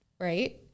right